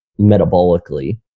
metabolically